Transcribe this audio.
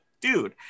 Dude